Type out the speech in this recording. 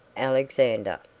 alexander.